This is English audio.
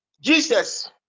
Jesus